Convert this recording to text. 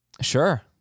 Sure